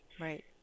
Right